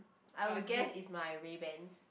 I will guess is my Ray-Ban